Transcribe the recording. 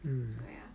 ya